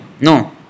No